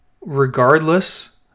regardless